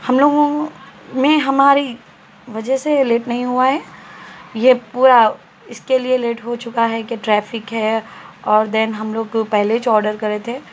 ہم لوگوں میں ہماری وجہ سے لیٹ نہیں ہوا ہے یہ پورا اس کے لیے لیٹ ہو چکا ہے کہ ٹریفک ہے اور دین ہم لوگ پہلے جو آڈر کرے تھے